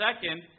second